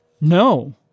No